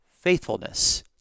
faithfulness